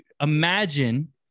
Imagine